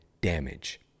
damage